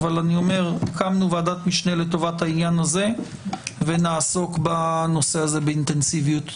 אבל הקמנו ועדת משנה לטובת העניין הזה ונעסוק בנושא הזה באינטנסיביות.